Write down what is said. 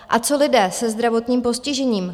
A co lidé se zdravotním postižením?